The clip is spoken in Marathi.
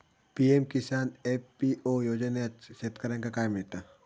पी.एम किसान एफ.पी.ओ योजनाच्यात शेतकऱ्यांका काय मिळता?